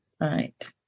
Right